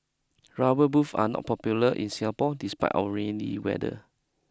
rubber booth are not popular in Singapore despite our rainy weather